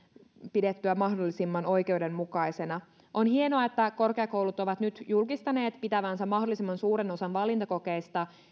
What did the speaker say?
pidettyä mahdollisimman oikeudenmukaisena on hienoa että korkeakoulut ovat nyt julkistaneet pitävänsä mahdollisimman suuren osan valintakokeista